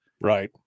Right